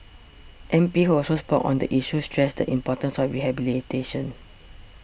M P who also spoke on the issue stressed the importance of rehabilitation